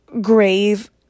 grave